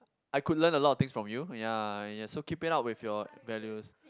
I could learn a lot of things from you ya ya so keep it up with your values